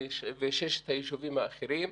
ובששת היישובים האחרים.